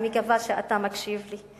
אני מקווה שאתה מקשיב לי,